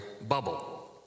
bubble